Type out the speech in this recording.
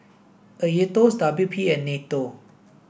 AETOS W P and NATO